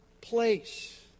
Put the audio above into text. place